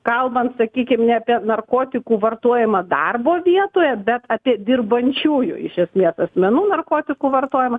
kalbant sakykim ne apie narkotikų vartojimą darbo vietoje bet apie dirbančiųjų iš esmės asmenų narkotikų vartojimą